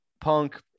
Punk